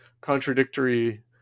contradictory